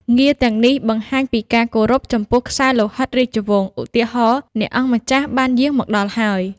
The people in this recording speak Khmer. ងារទាំងនេះបង្ហាញពីការគោរពចំពោះខ្សែលោហិតរាជវង្ស ឧទាហរណ៍ អ្នកអង្គម្ចាស់បានយាងមកដល់ហើយ។